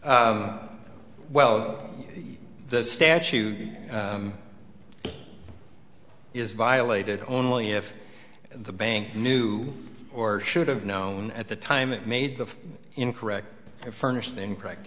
two well the statute is violated only if the bank knew or should have known at the time it made the incorrect furnished incorrect